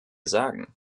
sagen